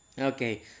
Okay